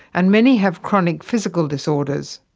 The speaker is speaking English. and many have chronic physical disorders.